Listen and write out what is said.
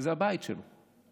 שזה הבית שלה,